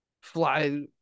fly